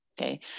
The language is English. Okay